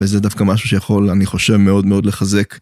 וזה דווקא משהו שיכול, אני חושב, מאוד מאוד לחזק.